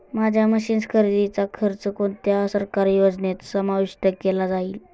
माझ्या मशीन्स खरेदीचा खर्च कोणत्या सरकारी योजनेत समाविष्ट केला जाईल?